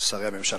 ושרי הממשלה,